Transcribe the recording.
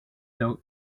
blog